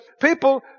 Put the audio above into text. people